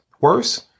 worse